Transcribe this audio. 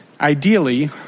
Ideally